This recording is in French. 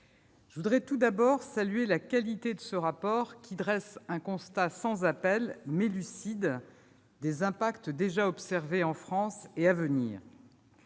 je tiens à saluer la qualité de ce rapport qui dresse un constat sans appel, mais lucide, des impacts déjà observés en France et de